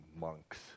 monks